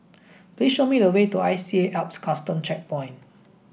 please show me a way to I C A Alps Custom Checkpoint